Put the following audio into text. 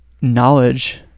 knowledge